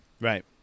Right